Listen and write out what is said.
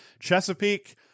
Chesapeake